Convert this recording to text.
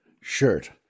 shirt